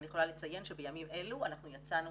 אני יכולה לציין שבימים אלו אנחנו יצאנו